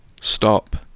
stop